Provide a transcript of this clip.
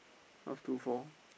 how's two four